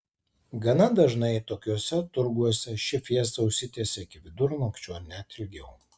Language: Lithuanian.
gana dažnai tokiuose turguose ši fiesta užsitęsia iki vidurnakčio ar net ilgiau